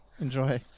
Enjoy